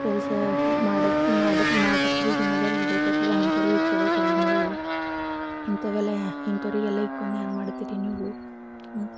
ಕೆಲಸ ಮಾಡೋದು ಮಾಡಿ ಮಾಡಿ ಜಿಮ್ಮೆದಾರಿ ಇರಬೇಕಾಗ್ತದೆ ಅಂಥವ್ರಿಗೆ ಇಕ್ಕೊಬೇಕ್ರಿ ನೀವು ಇಂಥವೆಲ್ಲ ಇಂಥೋವ್ರಿಗೆಲ್ಲ ಇಕ್ಕೊಂಡು ಹ್ಯಾಂಗೆ ಮಾಡ್ತೀರಿ ನೀವು ಹ್ಞೂಂ